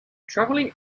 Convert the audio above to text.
traveling